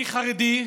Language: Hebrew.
אני חרדי,